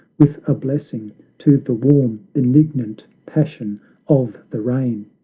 with a blessing to the warm, benignant passion of the rain!